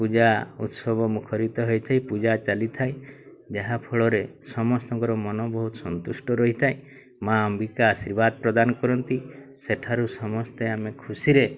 ପୂଜା ଉତ୍ସବ ମୁଖରିତ ହୋଇଥାଏ ପୂଜା ଚାଲିଥାଏ ଯାହାଫଳରେ ସମସ୍ତଙ୍କର ମନ ବହୁତ ସନ୍ତୁଷ୍ଟ ରହିଥାଏ ମାଆ ଅମ୍ବିକା ଆଶୀର୍ବାଦ ପ୍ରଦାନ କରନ୍ତି ସେଠାରୁ ସମସ୍ତେ ଆମେ ଖୁସିରେ